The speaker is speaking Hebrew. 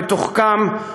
מתוחכם,